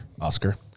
Oscar